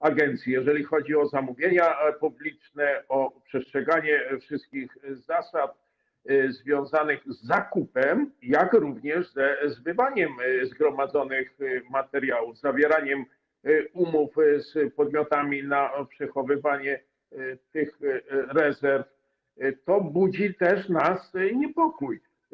agencji, jeżeli chodzi o zamówienia publiczne, o przestrzeganie wszystkich zasad związanych z zakupem, jak również ze zbywaniem zgromadzonych materiałów, zawieraniem umów z podmiotami na przechowywanie tych rezerw, budzi też w nas niepokój.